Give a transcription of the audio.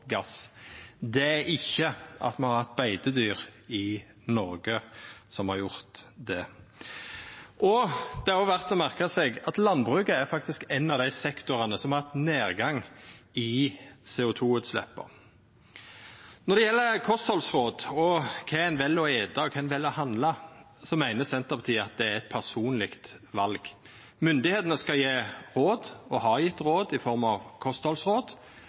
gass. Det er ikkje det at me har hatt beitedyr i Noreg, som har gjort det. Det er òg verdt å merka seg at landbruket faktisk er ein av dei sektorane som har hatt nedgang i CO 2 -utsleppa. Når det gjeld kosthaldsråd, og kva ein vel å eta, og kva ein vel å handla, meiner Senterpartiet at det er eit personleg val. Myndigheitene skal gje råd – og har gjeve råd i form av